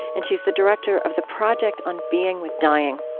and she's the director of the project on being with dying.